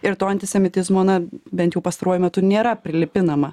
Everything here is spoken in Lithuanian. ir to antisemitizmo na bent jau pastaruoju metu nėra prilipinama